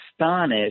astonished